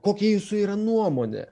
kokia jūsų yra nuomonė